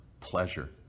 pleasure